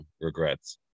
regrets